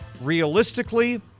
Realistically